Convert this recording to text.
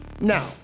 Now